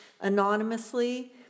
anonymously